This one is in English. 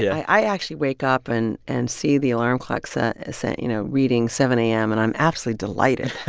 yeah i actually wake up and and see the alarm clock so say you know, reading seven a m. and i'm absolutely delighted